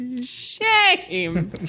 Shame